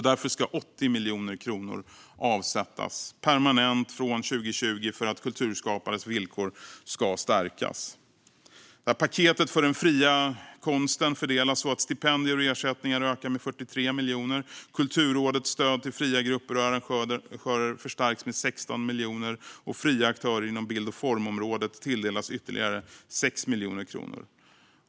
Därför ska 80 miljoner kronor avsättas permanent från 2021 för att kulturskapares villkor ska stärkas. Paketet för den fria konsten fördelas så att stipendier och ersättningar ökar med 43 miljoner, Kulturrådets stöd till fria grupper och arrangörer förstärks med 16 miljoner och fria aktörer inom bild och formområdet tilldelas ytterligare 6 miljoner kronor.